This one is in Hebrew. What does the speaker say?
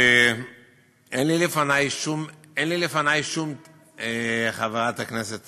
אין לי לפני שום, חברת הכנסת